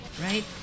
right